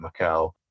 macau